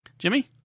Jimmy